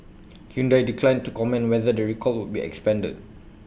Hyundai declined to comment on whether the recall would be expanded